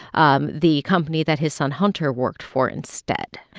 um the company that his son hunter worked for instead.